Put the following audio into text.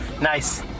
Nice